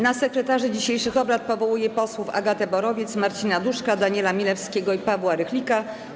Na sekretarzy dzisiejszych obrad powołuję posłów Agatę Borowiec, Marcina Duszka, Daniela Milewskiego i Pawła Rychlika.